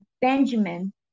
Benjamin